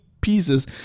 pieces